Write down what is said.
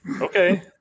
Okay